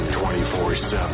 24/7